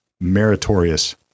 meritorious